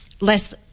less